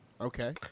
Okay